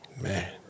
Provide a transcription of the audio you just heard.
man